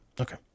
Okay